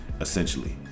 Essentially